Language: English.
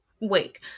Wake